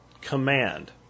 command